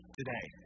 today